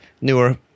newer